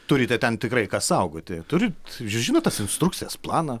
turite ten tikrai ką saugoti turit žinot tas instrukcijas planą